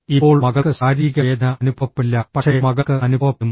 ഇപ്പോൾ മകൾക്ക് ശാരീരിക വേദന അനുഭവപ്പെടില്ല പക്ഷേ മകൾക്ക് അനുഭവപ്പെടും